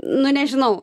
nu nežinau